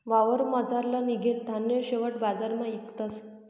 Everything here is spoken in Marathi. वावरमझारलं निंघेल धान्य शेवट बजारमा इकतस